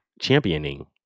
championing